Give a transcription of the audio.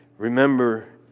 Remember